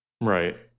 Right